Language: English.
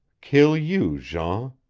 kill you, jean.